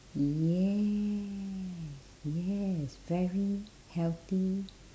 yes yes very healthy